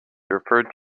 referred